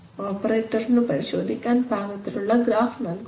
ഓപ്പറേറ്റർനു പരിശോധിക്കാൻ പാകത്തിലുള്ള ഗ്രാഫ് നൽകുന്നു